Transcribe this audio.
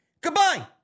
goodbye